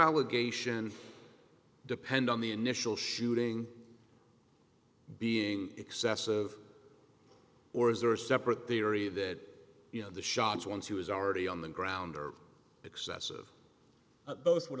allegation depend on the initial shooting being excessive or is there a separate the area that you know the shots once he was already on the ground are excessive both would